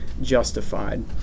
justified